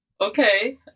okay